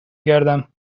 گردم